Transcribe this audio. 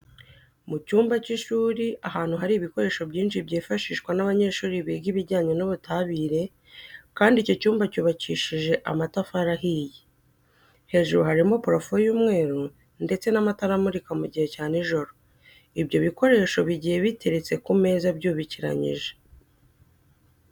Mu cyumba cy'ishuri ahantu hari ibikoresho byinshi byifashishwa n'abanyeshuri biga ibijyanye n'ubutabire kandi icyo cyumba cyubakishije amatafari ahiye. Hejuru harimo purafo y'umweru ndetse n'amatara amurika mu gihe cya n'ijoro. Ibyo bikoresho bigiye biteretse ku meza byubikiranyije.